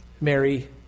Mary